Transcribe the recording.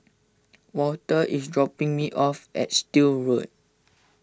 Walter is dropping me off at Still Road